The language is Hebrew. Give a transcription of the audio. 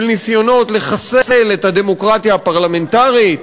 של ניסיונות לחסל את הדמוקרטיה הפרלמנטרית?